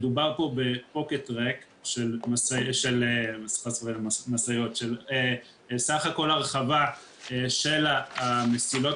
מדובר פה בפוקט ריק של סך הכל הרחבה של המסילות